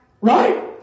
Right